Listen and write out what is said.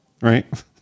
right